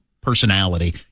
personality